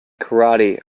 karate